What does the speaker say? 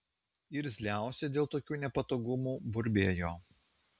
irzliausi dėl tokių nepatogumų burbėjo